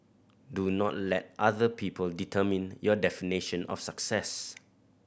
do not let other people determine your definition of success